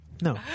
no